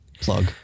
Plug